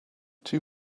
two